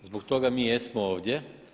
Zbog toga mi jesmo ovdje.